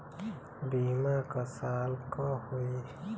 बीमा क साल क होई?